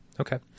Okay